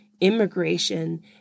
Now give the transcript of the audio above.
immigration